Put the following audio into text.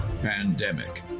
Pandemic